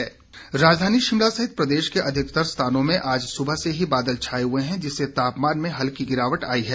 मौसम राजधानी शिमला सहित प्रदेश के अधिकतर स्थानों में आज सुबह से ही बादल छाए हुए हैं जिससे तापमान में हल्की गिरावट आई है